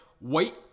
Wait